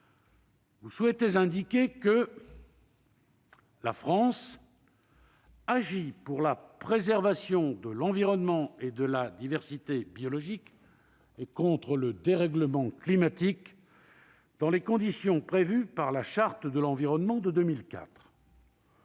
Vous souhaitez indiquer que « la France agit pour la préservation de l'environnement et de la diversité biologique et contre le dérèglement climatique dans les conditions prévues par la Charte de l'environnement de 2004